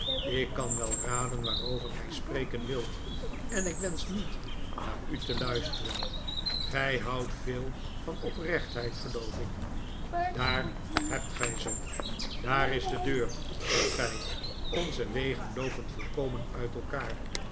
ik kan wel raden waarover gij spreken wilt en ik wensch niet naar u te luisteren gij houdt veel van oprechtheid geloof ik daar hebt gij ze daaf is de deur ziet gij onze wegen loopen volkomen uit elkaar